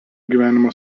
gyvenimo